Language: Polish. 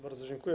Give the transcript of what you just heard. Bardzo dziękuję.